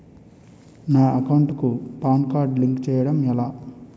నా అకౌంట్ కు PAN card link చేయడం ఎలా?